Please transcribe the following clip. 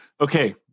Okay